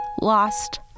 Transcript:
lost